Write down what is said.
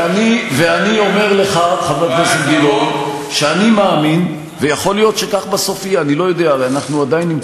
ואני אומר לך שגם כאן אני אעשה כפי שבסוף יוחלט